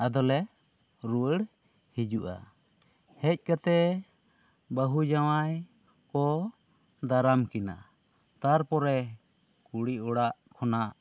ᱟᱫᱚ ᱞᱮ ᱨᱩᱣᱟᱹᱲ ᱦᱤᱡᱩᱜᱼᱟ ᱦᱮᱡ ᱠᱟᱛᱮᱜᱮ ᱵᱟᱹᱦᱩ ᱡᱟᱣᱟᱹᱭ ᱠᱚ ᱫᱟᱨᱟᱢ ᱠᱤᱱᱟᱹ ᱛᱟᱨᱯᱚᱨᱮ ᱠᱩᱲᱤ ᱚᱲᱟᱜ ᱠᱷᱚᱱᱟᱜ